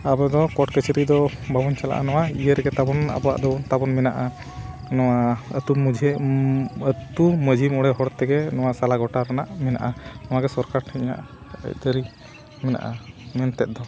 ᱟᱵᱚ ᱫᱚ ᱠᱳᱨᱴ ᱠᱟᱪᱷᱟᱨᱤ ᱫᱚ ᱵᱟᱵᱚᱱ ᱪᱟᱞᱟᱜᱼᱟ ᱱᱚᱣᱟ ᱤᱭᱟᱹ ᱨᱮᱜᱮ ᱛᱟᱵᱚᱱ ᱟᱵᱚᱣᱟᱜ ᱫᱚ ᱛᱟᱵᱚᱱ ᱢᱮᱱᱟᱜᱼᱟ ᱱᱚᱣᱟ ᱟᱹᱛᱩ ᱟᱹᱛᱩ ᱢᱟᱺᱡᱷᱤ ᱢᱚᱬᱮ ᱦᱚᱲ ᱛᱮᱜᱮ ᱱᱚᱣᱟ ᱥᱟᱞᱟ ᱜᱚᱴᱟ ᱨᱮᱱᱟᱜ ᱢᱮᱱᱟᱜᱼᱟ ᱱᱚᱣᱟ ᱜᱮ ᱥᱚᱨᱠᱟᱨ ᱴᱷᱮᱱ ᱤᱧᱟᱹᱜ ᱛᱟᱹᱨᱤᱠᱷ ᱢᱮᱱᱟᱜᱼᱟ ᱢᱮᱱᱛᱮ ᱫᱚ